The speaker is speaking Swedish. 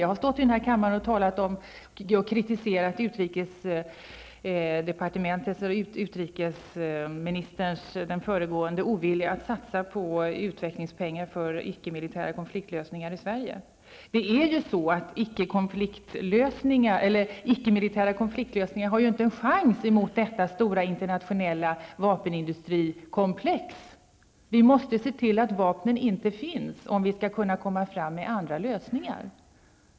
Jag har stått i denna kammare och kritiserat utrikesdepartementet för den föregående utrikesministerns ovilja mot att satsa utvecklingspengar på icke-militära konfliktlösningar i Sverige. Icke-militära konfliktlösningar har ju inte en chans mot det stora internationella vapenindustrikomplexet. Vi måste se till att vapnen inte finns, om vi skall kunna komma fram med andra lösningar.